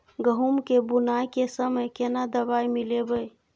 गहूम के बुनाई के समय केना दवाई मिलैबे?